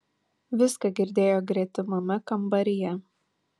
viską girdėjo gretimame kambaryje